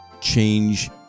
change